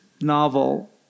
novel